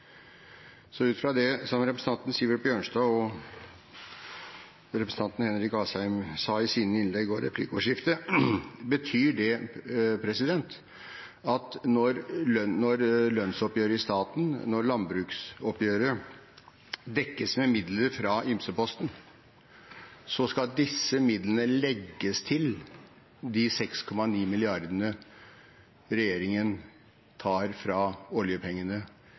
Så ut fra det som representantene Sivert Bjørnstad og Henrik Asheim sa i sine innlegg og replikkordskiftet: Betyr det at når lønnsoppgjøret i staten og landbruksoppgjøret dekkes med midler fra ymseposten, skal disse midlene legges til de 6,9 mrd. kr regjeringen tar fra oljepengene